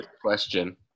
question